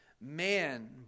Man